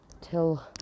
till